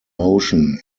motion